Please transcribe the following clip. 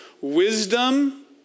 wisdom